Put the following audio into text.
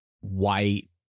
white